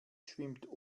schwimmt